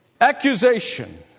accusation